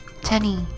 Tenny